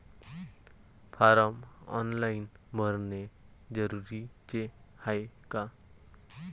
Form online भरने जरुरीचे हाय का?